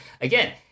Again